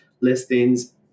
listings